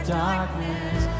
darkness